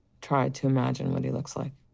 tried to imagine what he looks like.